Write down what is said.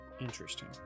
Interesting